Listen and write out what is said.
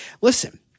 listen